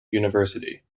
university